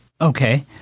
Okay